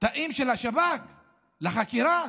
לתאים של השב"כ לחקירה?